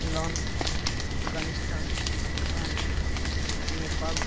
England Afghanistan Bhutan Nepal